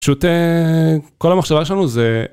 פשוט כל המחשבה שלנו זה.